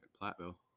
Platteville